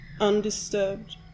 Undisturbed